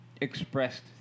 expressed